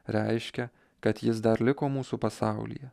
reiškia kad jis dar liko mūsų pasaulyje